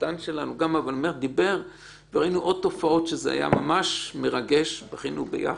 ראינו עוד תופעות וזה היה ממש מרגש ובכינו ביחד.